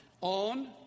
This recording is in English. on